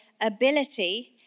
ability